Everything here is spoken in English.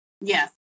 Yes